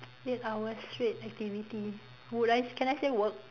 eight hours straight activity would I can I say work